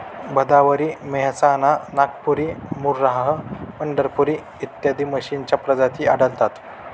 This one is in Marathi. भदावरी, मेहसाणा, नागपुरी, मुर्राह, पंढरपुरी इत्यादी म्हशींच्या प्रजाती आढळतात